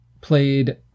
played